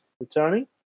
returning